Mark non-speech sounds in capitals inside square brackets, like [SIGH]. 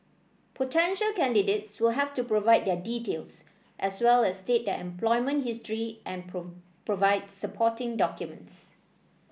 potential candidates will have to provide their details as well as state their employment history and [UNINTELLIGIBLE] provide supporting documents